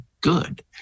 good